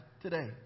today